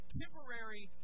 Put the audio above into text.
temporary